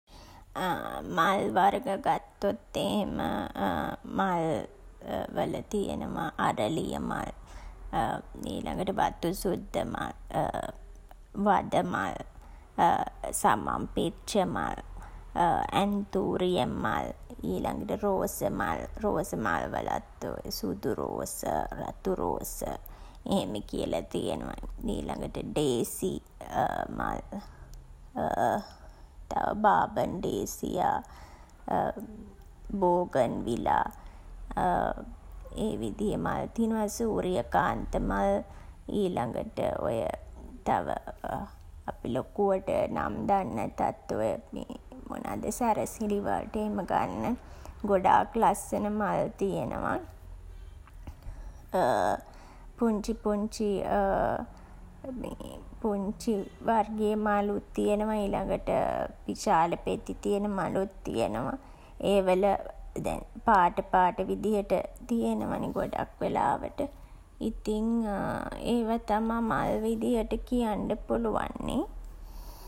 මල් වර්ග ගත්තොත් එහෙම මල්වල තියනවා අරලිය මල් ඊළඟට වතුසුද්ද මල් වද මල් සමන් පිච්ච මල් ඇන්තූරියම් මල් ඊළඟට රෝස මල්, රෝස මල්වලත් සුදු රෝස, රතු රෝස එහෙම කියලා තියනවා. ඊළඟට ඩේසි මල්. තව බාබන්ඩේසියා බෝගන්විලා. ඒ විදිහේ මල් තියනවා. සුරියකාන්ත මල්. ඊළඟට ඔය තව අපි ලොකුවට නම් දන් නැතත් ඔය මොනාද සැරසිලි වලට එහෙම ගන්න ගොඩාක් ලස්සන මල් තියනවා. පුංචි පුංචි පුංචි වර්ගයේ මලුත් තියනවා. ඊළඟට විශාල පෙති තියන මලුත් තියනවා. ඒවල දැන් පාට පාට විදිහට තියනවා නේ ගොඩක් වෙලාවට. ඉතින් ඒවා තමා මල් විදිහට කියන්න පුළුවන් නේ.